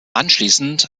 anschließend